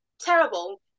terrible